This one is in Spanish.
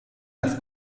las